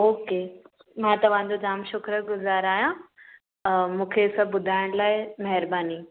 okay मां तव्हांजो जाम शुक्रगुज़ारु आहियां मूंखे सभु ॿुधाइण लाइ महिरबानी